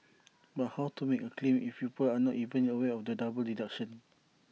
but how to make A claim if people are not even aware of the double deduction